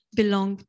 belong